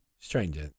Strange